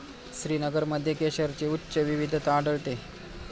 श्रीनगरमध्ये केशरची उच्च विविधता आढळते